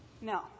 No